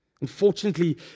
Unfortunately